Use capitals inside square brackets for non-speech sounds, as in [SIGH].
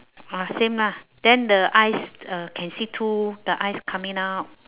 ah same lah then the eyes [NOISE] uh can see two the eyes coming out